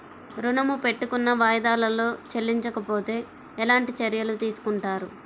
ఋణము పెట్టుకున్న వాయిదాలలో చెల్లించకపోతే ఎలాంటి చర్యలు తీసుకుంటారు?